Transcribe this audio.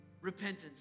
Repentance